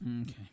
okay